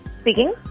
Speaking